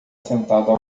sentado